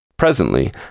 Presently